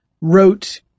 wrote